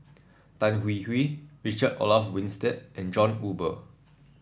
Tan Hwee Hwee Richard Olaf Winstedt and John Eber